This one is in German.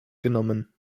genommen